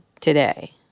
today